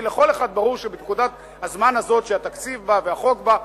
כי לכל אחד ברור שבנקודת הזמן הזאת שהתקציב בא והחוק בא,